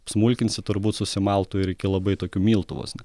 smulkinsi turbūt susimaltų ir iki labai tokių miltų vos ne